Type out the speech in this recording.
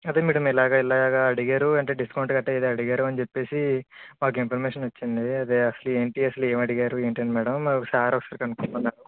అదే మ్యాడమ్ ఇలాగ ఇలాగ అడిగారు అంటే డిస్కౌంట్ గట్టా ఏదో అడిగారు అని చెప్పేసి మాకు ఇన్ఫర్మేషన్ వచ్చింది అదే అసలు ఏంటి అసలు ఏం అడిగారు ఏంటి అని మ్యాడమ్ సార్ ఒకసారి కనుక్కోమన్నారు